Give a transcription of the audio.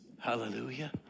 Hallelujah